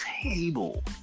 table